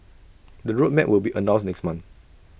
the road map will be announced next month